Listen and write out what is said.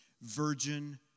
virgin